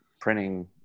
printing